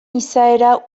izaera